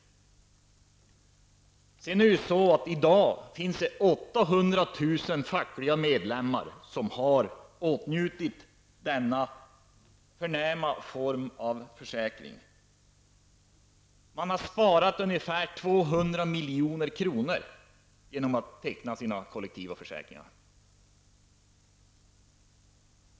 I dag finns 800 000 fackliga medlemmar som har åtnjutit denna förnäma form av försäkring. Man har sparat ungefär 200 milj.kr. genom att teckna kollektiva försäkringar.